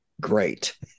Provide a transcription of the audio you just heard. great